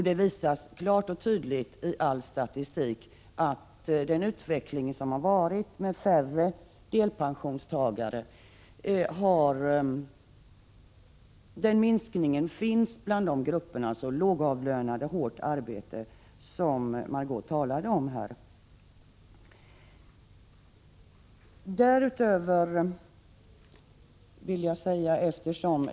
Det visas tydligt i all statistik att den minskning som skett när det gäller antalet delpensionstagare har drabbat grupperna lågavlönade och människor med hårt arbete, alltså de grupper som Margö Ingvardsson berörde.